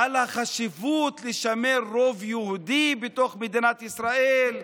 על החשיבות של שימור רוב יהודי בתוך מדינת ישראל,